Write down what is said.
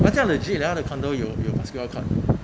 他家 legit 他的 condo 有 basketball court